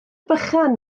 bychan